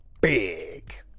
big